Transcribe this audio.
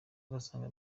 asaga